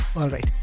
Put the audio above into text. alright,